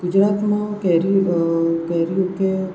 ગુજરાતમાં કેરી કેરીઓકે